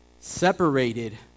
separated